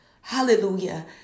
Hallelujah